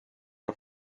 auf